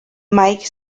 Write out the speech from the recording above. might